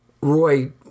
Roy